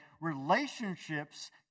relationships